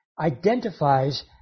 identifies